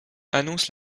annonce